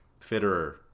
Fitterer